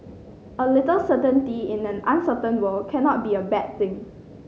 a little certainty in an uncertain world cannot be a bad thing